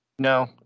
No